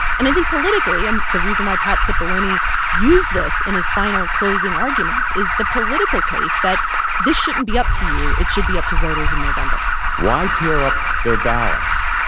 and i think, politically and the reason why pat cipollone used this in his final closing arguments is the political case that this shouldn't be up to you. it should be up to voters in november why tear up their ballots?